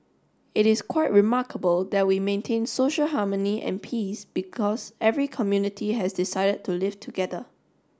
it is quite remarkable that we maintain social harmony and peace because every community has decided to live together